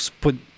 put